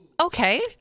Okay